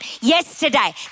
Yesterday